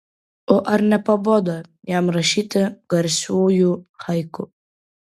o ar nepabodo jam rašyti garsiųjų haiku